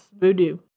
Voodoo